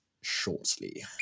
shortly